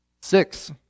Six